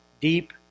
deep